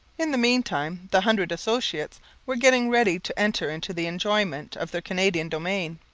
in the meantime the hundred associates were getting ready to enter into the enjoyment of their canadian domain,